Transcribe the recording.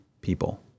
people